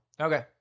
Okay